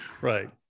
Right